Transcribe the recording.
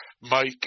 Mike